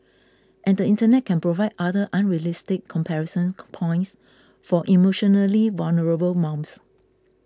and the Internet can provide other unrealistic comparison points for emotionally vulnerable mums